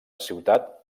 ciutat